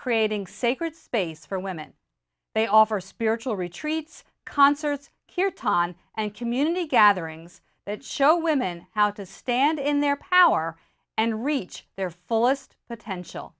creating sacred space for women they offer spiritual retreats concerts hear talk on and community gatherings that show women how to stand in their power and reach their fullest potential